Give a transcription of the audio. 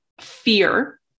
fear